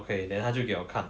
okay then 他就给我看